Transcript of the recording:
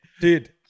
Dude